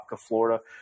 Florida